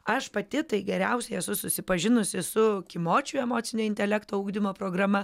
aš pati tai geriausiai esu susipažinusi su kimočių emocinio intelekto ugdymo programa